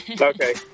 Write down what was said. Okay